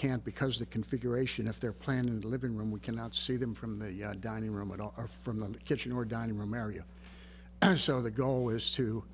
can't because the configuration if they're planned in the living room we cannot see them from the dining room at all or from the kitchen or dining room area and so the goal is to